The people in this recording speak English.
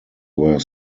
were